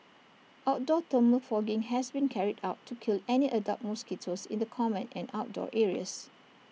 outdoor thermal fogging has been carried out to kill any adult mosquitoes in the common and outdoor areas